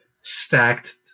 stacked